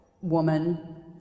woman